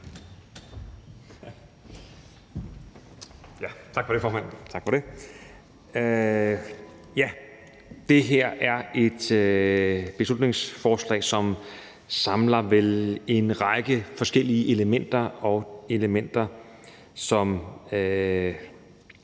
Tak for det, formand.